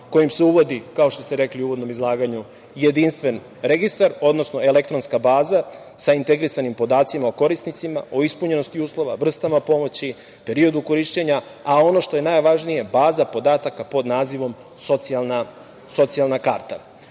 kojim se uvodi, kao što ste rekli u uvodnom izlaganju, jedinstven registar, odnosno elektronska baza sa integrisanim podacima o korisnicima, o ispunjenosti uslova, vrstama pomoći, periodu korišćenja, a ono što je najvažnije, baza podataka pod nazivom „Socijalna